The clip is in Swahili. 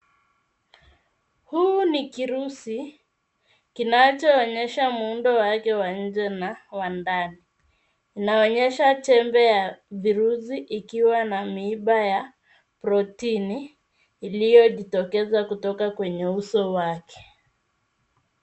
Huu ni kirusi kinachoonyesha muundo wake wa nje na wa ndani. Unaonyesha chembe ya virusi ikiwa na miiba ya proteini iliyojitokeza kutoka kwenye uso wake.